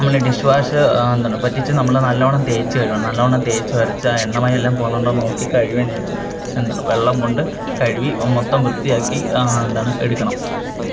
നമ്മൾ dish wash എന്താണ് പറ്റിച്ച് നമ്മൾ നല്ലവണ്ണം തേച്ചു കഴുകണം നല്ലവണ്ണം തേച്ചുരച്ച് ആ എണ്ണമയമെല്ലാം പോകുന്നുണ്ടോയെന്നു നോക്കി കഴുകിയതിനു ശേഷം എന്താണ് വെള്ളം കൊണ്ടു കഴുകി അതു മൊത്തം വൃത്തിയാക്കി എന്താണ് എടുക്കണം